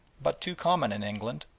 but too common in england,